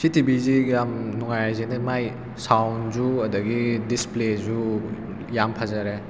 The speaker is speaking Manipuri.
ꯁꯤ ꯇꯤꯚꯤꯁꯤ ꯌꯥꯝ ꯅꯨꯡꯉꯥꯏꯔꯤꯁꯦ ꯃꯥꯏ ꯁꯥꯎꯟꯁꯦ ꯑꯗꯒꯤ ꯗꯤꯁꯄ꯭ꯂꯦꯁꯨ ꯌꯥꯝ ꯐꯖꯔꯦ